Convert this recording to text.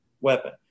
weapon